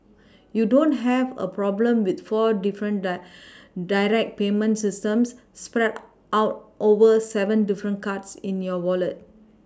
you don't have a problem with four different direct payment systems spread out over seven different cards in your Wallet